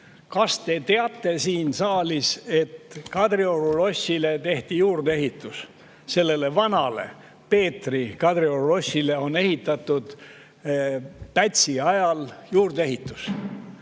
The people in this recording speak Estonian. Kas teie siin saalis teate, et Kadrioru lossile tehti juurdeehitus? Sellele vanale Peetri Kadrioru lossile on ehitatud Pätsi ajal juurdeehitus.